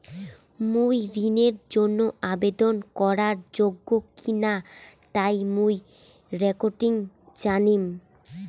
মুই ঋণের জন্য আবেদন করার যোগ্য কিনা তা মুই কেঙকরি জানিম?